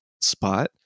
spot